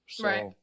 Right